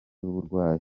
uburwayi